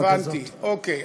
הבנתי, אוקיי.